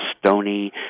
stony